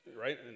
right